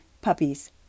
puppies